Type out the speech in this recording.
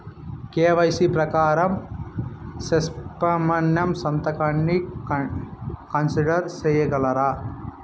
KYC ప్రకారం specimen సంతకాన్ని consider సేయగలరా?